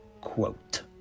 quote